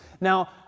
Now